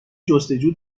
جستجو